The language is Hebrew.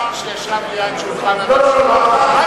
שר שישב ליד שולחן הממשלה, לא, לא, לא.